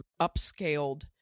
upscaled